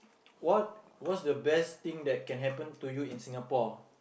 what what's the best thing that can happen to you in Singapore